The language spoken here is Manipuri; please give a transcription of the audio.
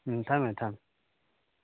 ꯎꯝ ꯊꯝꯃꯦ ꯊꯝꯃꯦ